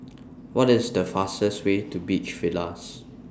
What IS The fastest Way to Beach Villas